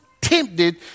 tempted